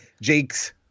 jake's